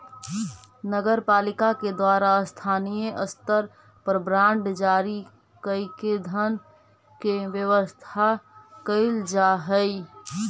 नगर पालिका के द्वारा स्थानीय स्तर पर बांड जारी कईके धन के व्यवस्था कैल जा हई